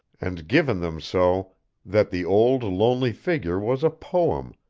and given them so that the old lonely figure was a poem,